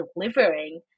delivering